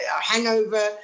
Hangover